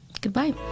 goodbye